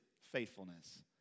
faithfulness